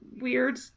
weird